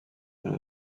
ont